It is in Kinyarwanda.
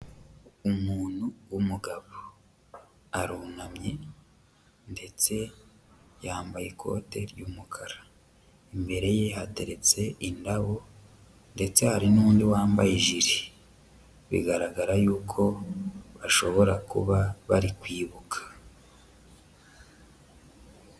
Umuntu w'umugabo, arunamye ndetse yambaye ikote ry'umukara, imbere ye hateretse indabo ndetse hari n'undi wambaye jire, bigaragara y'uko bashobora kuba bari kwibuka.